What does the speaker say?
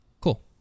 Cool